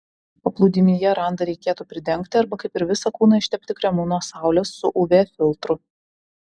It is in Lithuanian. paplūdimyje randą reikėtų pridengti arba kaip ir visą kūną ištepti kremu nuo saulės su uv filtru